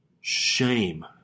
Shame